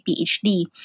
PhD